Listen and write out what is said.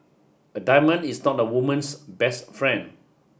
a diamond is not a woman's best friend